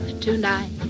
tonight